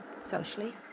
socially